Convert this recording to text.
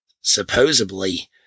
supposedly